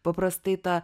paprastai tą